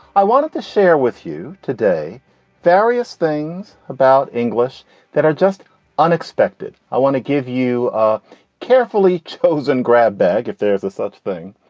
i wanted to share with you today various things about english that are just unexpected. i want to give you a carefully chosen grab bag if there is a such thing.